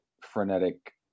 frenetic